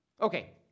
Okay